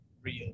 real